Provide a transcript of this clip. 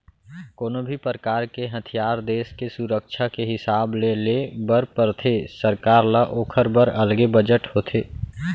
कोनो भी परकार के हथियार देस के सुरक्छा के हिसाब ले ले बर परथे सरकार ल ओखर बर अलगे बजट होथे